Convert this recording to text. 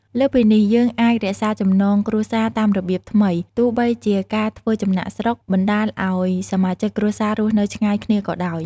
លើសពីនេះយើងអាចរក្សាចំណងគ្រួសារតាមរបៀបថ្មី ទោះបីជាការធ្វើចំណាកស្រុកបណ្ដាលឱ្យសមាជិកគ្រួសាររស់នៅឆ្ងាយគ្នាក៏ដោយ។